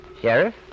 Sheriff